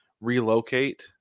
relocate